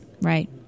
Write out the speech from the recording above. Right